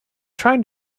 trying